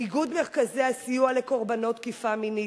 איגוד מרכזי הסיוע לקורבנות תקיפה מינית,